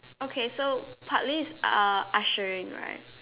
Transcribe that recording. okay so partly is uh ushering right